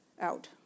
out